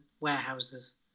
warehouses